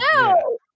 No